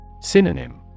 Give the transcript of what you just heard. Synonym